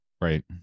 Right